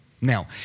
Now